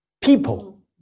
People